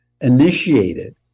initiated